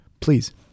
Please